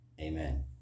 Amen